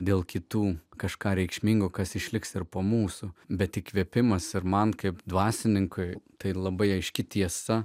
dėl kitų kažką reikšmingo kas išliks ir po mūsų bet įkvėpimas ir man kaip dvasininkui tai labai aiški tiesa